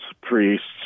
priests